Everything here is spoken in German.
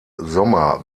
sommer